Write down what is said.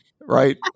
right